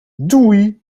doei